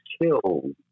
killed